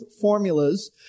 formulas